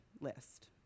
list